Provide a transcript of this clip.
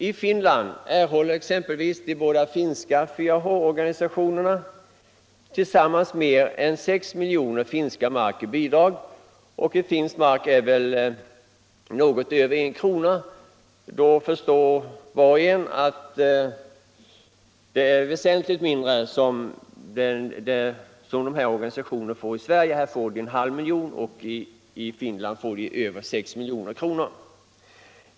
I Finland erhåller exempelvis de båda finska 4 H-organisationerna tillsammans mer än 6 miljoner finska mark i bidrag. Med tanke på att en finsk mark är värd något mer än en svensk krona förstår var och en att motsvarande organisationer i Sverige får väsentligt mindre bidrag, 1/2 milj.kr. mot över 6 miljoner i Finland.